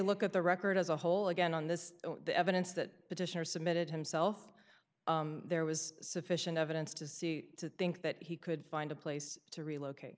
look at the record as a whole again on this the evidence that petitioner submitted himself there was sufficient evidence to see to think that he could find a place to relocate